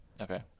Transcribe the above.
Okay